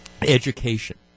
education